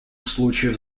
случаев